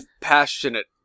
passionate